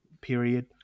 period